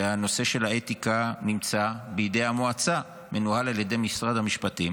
שהנושא של האתיקה נמצא בידי המועצה ומנוהל על ידי משרד המשפטים,